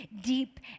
deep